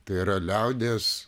tai yra liaudies